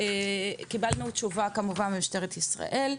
קיבלנו תשובה כמובן של משטרת ישראל,